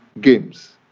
games